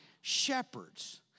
shepherds